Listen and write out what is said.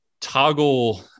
toggle